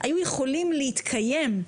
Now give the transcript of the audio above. היו יכולים להתקיים.